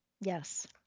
Yes